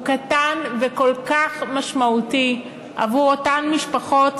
הוא קטן וכל כך משמעותי עבור אותן משפחות